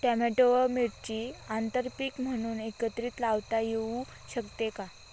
Tomato व मिरची आंतरपीक म्हणून एकत्रित लावता येऊ शकते का?